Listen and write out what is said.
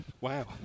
Wow